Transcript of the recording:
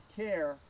care